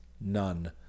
none